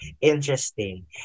interesting